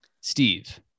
steve